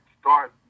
start